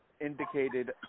indicated